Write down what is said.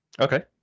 Okay